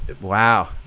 Wow